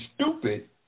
stupid